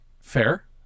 Fair